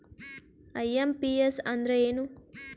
IMPS ಅಂದ್ರ ಏನು?